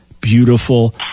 beautiful